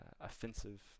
offensive